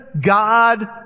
God